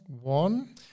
One